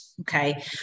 Okay